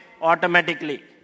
automatically